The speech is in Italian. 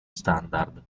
standard